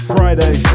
Friday